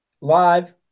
live